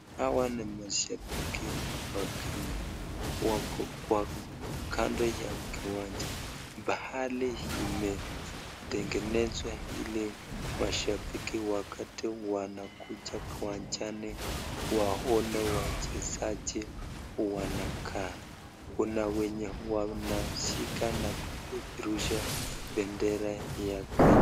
Hawa ni mashabiki wa Kenya wako kwa kando ya kiwanja pahali imetengenezwa ili mashabiki wakati wanakuja kiwanjani waone wachezaji wanakaa, kuna wenye wanashika na kupeperushe pendera ya Kenya.